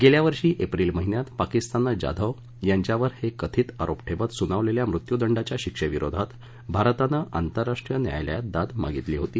गेल्या वर्षी एप्रिल महिन्यात पाकिस्ताननं जाधव यांच्यावर हे कथित आरोप ठेवत सुनावलेल्या मृत्यूदंडाच्या शिक्षेविरोधात भारतानं आंतरराष्ट्रीय न्यायालयात दाद मागितली होती